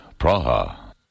Praha